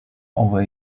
over